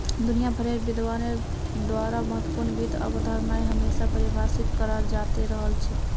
दुनिया भरेर विद्वानेर द्वारा महत्वपूर्ण वित्त अवधारणाएं हमेशा परिभाषित कराल जाते रहल छे